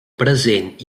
present